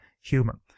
human